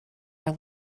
are